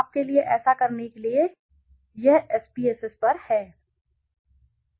आपके लिए ऐसा करने के लिए यह SPSS पर है